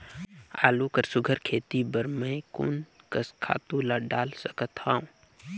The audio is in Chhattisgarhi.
आलू कर सुघ्घर खेती बर मैं कोन कस खातु ला डाल सकत हाव?